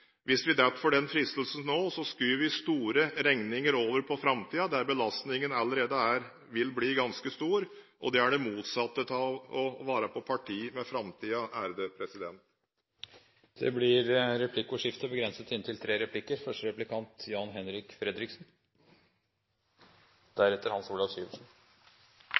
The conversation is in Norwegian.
Hvis vi faller for den fristelsen nå, skyver vi store regninger over på framtiden, hvor belastningen allerede vil bli ganske stor. Det er det motsatte av å være på parti med framtiden. Det blir replikkordskifte.